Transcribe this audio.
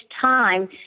time